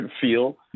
feel